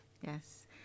Yes